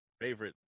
favorite